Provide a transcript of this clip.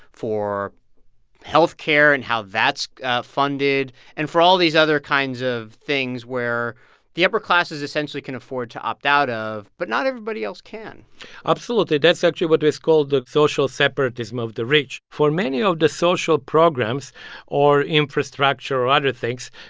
for health care and how that's funded and for all these other kinds of things where the upper classes, essentially, can afford to opt out of but not everybody else can absolutely. that's actually what is called the social separatism of the rich. for many of the social programs or infrastructure or other things,